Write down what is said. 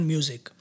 Music